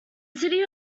city